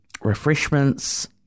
refreshments